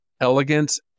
elegance